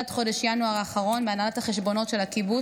הוא עבד עד חודש ינואר האחרון בהנהלת החשבונות של הקיבוץ,